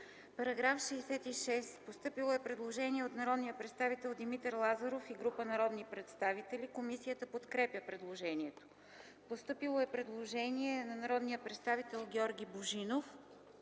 По § 66 е постъпило предложение от народния представител Димитър Лазаров и групи народни представители. Комисията подкрепя предложението. Постъпило е предложение на народния представител Георги Божинов.